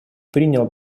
принял